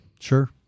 Sure